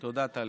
תודה, טלי.